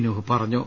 നൂഹ് പറഞ്ഞു